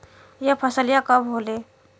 यह फसलिया कब होले?